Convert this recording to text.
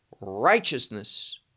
righteousness